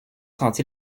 senti